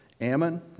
Ammon